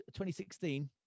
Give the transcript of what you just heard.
2016